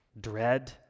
dread